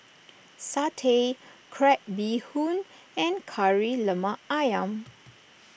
Satay Crab Bee Hoon and Kari Lemak Ayam